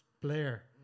Blair